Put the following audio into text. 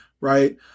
right